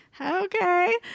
okay